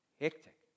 Hectic